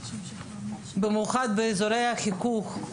במיוחד באזורי החיכוך,